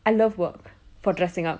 I love work for dressing up